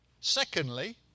Secondly